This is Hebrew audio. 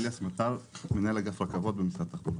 אני אליאס מטר, מנהל אגף רכבות במשרד התחבורה.